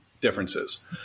differences